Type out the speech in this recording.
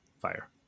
fire